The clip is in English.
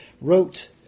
wrote